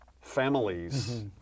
families